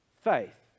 Faith